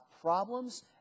problems